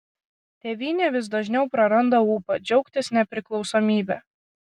tėvynė vis dažniau praranda ūpą džiaugtis nepriklausomybe